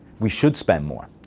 we should spend more.